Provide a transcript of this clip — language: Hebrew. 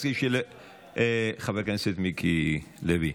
חבר הכנסת מיקי לוי,